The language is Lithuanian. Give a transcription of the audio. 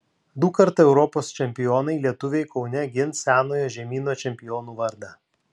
dukart europos čempionai lietuviai kaune gins senojo žemyno čempionų vardą